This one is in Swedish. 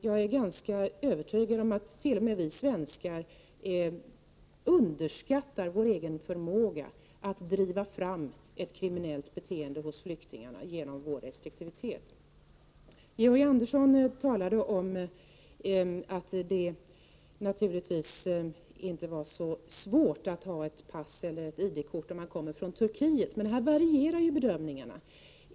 Jag är ganska övertygad om att t.o.m. vi svenskar underskattar vår egen förmåga att driva fram ett kriminellt beteende hos flyktingar genom vår restriktivitet. Georg Andersson sade att det naturligtvis inte var svårt att ha ett pass och ID-kort om man kom från Turkiet. Här varierar bedömningarna.